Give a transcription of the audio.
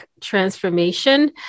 transformation